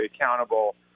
accountable